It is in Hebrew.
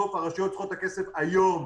הרשויות צריכות את הכסף היום,